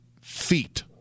feet